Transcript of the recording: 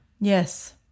Yes